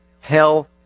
hell